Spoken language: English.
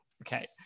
Okay